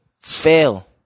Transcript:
fail